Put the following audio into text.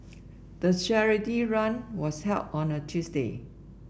the charity run was held on a Tuesday